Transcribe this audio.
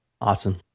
Awesome